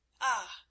Ah